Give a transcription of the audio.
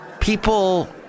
people